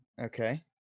Okay